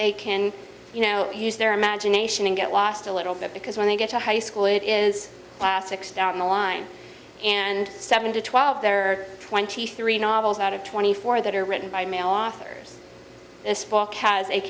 they can you know use their imagination and get lost a little bit because when they get to high school it is classics down the line and seven to twelve there are twenty three novels out of twenty four that are written by male officers this